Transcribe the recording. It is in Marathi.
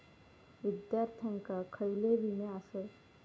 विद्यार्थ्यांका खयले विमे आसत?